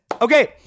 Okay